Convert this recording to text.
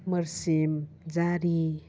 मोरसिम जारि